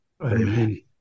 Amen